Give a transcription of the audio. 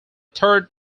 third